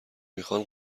میخان